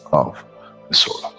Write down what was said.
of the soul